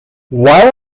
while